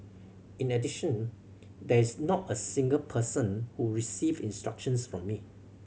in addition there is not a single person who received instructions from me